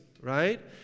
right